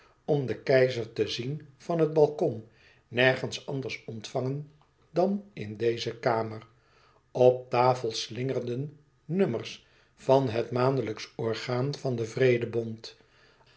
om den keizer te zien van het balkon nergens anders ontvangen dan in deze kamer op tafel slingerden nummers van het maandelijksch orgaan van den